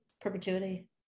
perpetuity